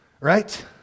Right